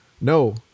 No